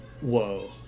whoa